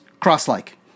cross-like